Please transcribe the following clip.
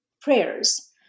prayers